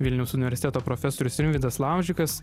vilniaus universiteto profesorius rimvydas laužikas